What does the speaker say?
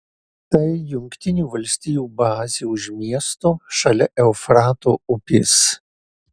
tai jungtinių valstijų bazė už miesto šalia eufrato upės